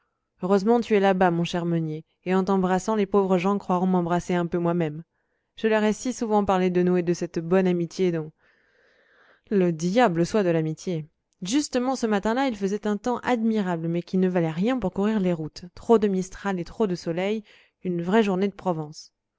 heureusement tu es là-bas mon cher meunier et en t'embrassant les pauvres gens croiront m'embrasser un peu moi-même je leur ai si souvent parlé de nous et de cette bonne amitié dont le diable soit de l'amitié justement ce matin-là il faisait un temps admirable mais qui ne valait rien pour courir les routes trop de mistral et trop de soleil une vraie journée de provence